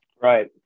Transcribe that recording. Right